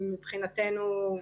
מבחינתנו,